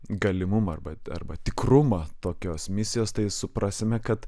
galimumą arba arba tikrumą tokios misijos tai suprasime kad